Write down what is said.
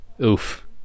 oof